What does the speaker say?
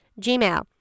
Gmail